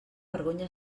vergonya